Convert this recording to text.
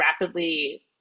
rapidly